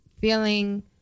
Feeling